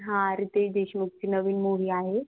हां रितेश देशमुखची नवीन मूवी आहे